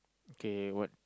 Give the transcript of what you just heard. okay what